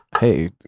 hey